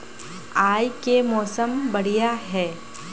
आय के मौसम बढ़िया है?